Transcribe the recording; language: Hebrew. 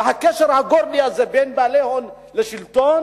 הקשר הזה בין בעלי הון לשלטון